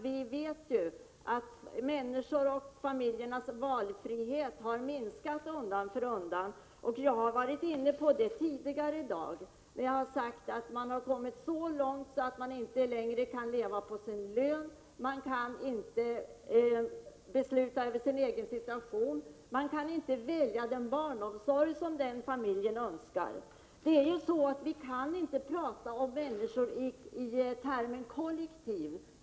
Vi vet ju att människornas valfrihet har minskat undan för undan. Jag har varit inne på detta tidigare i dag. Man har kommit så långt att man inte längre kan leva på sin lön, man kan inte besluta över sin egen situation och inte välja den barnomsorg som familjen önskar. Vi kan inte tala om människor som om de vore kollektiv.